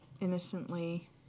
innocently